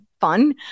fun